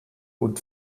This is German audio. und